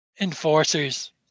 enforcers